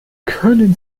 können